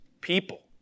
people